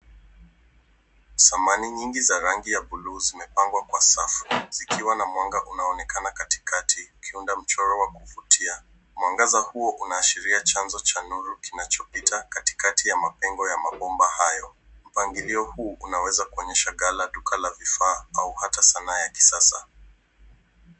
Samani nyingi za rangi ya bluu zimepangwa kwa safu zikiwa na mwanga unao onekana katikati zikiunda mchoro wa kuvutia. Mwangaza huo unaashiria chanzo cha nuru kinacho pita kando ya mapengo ya mabomba hayo. Mpangilio huu unaweza kuonyesha ghala, duka la vifaa au hata sanaa ya kisasa.